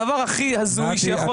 הדבר הכי הזוי --- נתי,